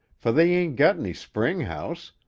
for they ain't got any spring-house,